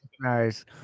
nice